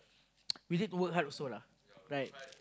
we need to work hard also lah right